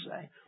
say